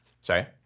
Sorry